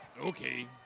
Okay